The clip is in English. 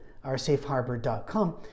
oursafeharbor.com